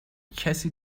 کسی